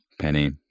Penny